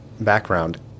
background